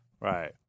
Right